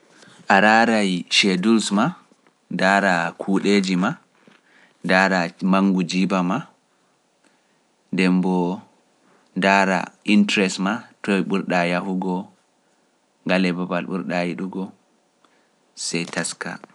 A a rarai cedulu maa ndaara kuuɗeeji maa ndaara mangu jiiba maa, ndem mboo ndaara intresse maa to ɓurɗa yahugo, ngale babal ɓurɗa yiɗugo, sey taska.